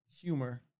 humor